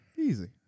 Easy